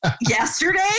Yesterday